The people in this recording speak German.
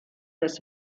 das